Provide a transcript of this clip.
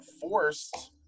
forced